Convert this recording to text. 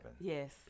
yes